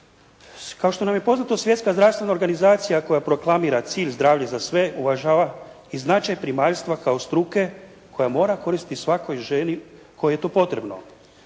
Kao što nam je poznato Svjetska zdravstvena organizacija koja proklamira cilj, zdravlje za sve, uvažava i značaj primaljstva kao struke koja mora koristiti svakoj ženi kojoj je to potrebno.